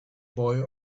boy